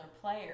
player